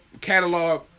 catalog